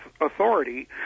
authority